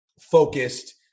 focused